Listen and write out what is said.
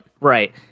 Right